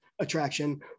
attraction